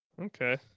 okay